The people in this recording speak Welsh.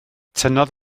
tynnodd